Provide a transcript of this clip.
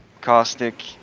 Caustic